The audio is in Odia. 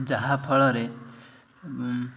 ଯାହାଫଳରେ